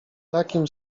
takim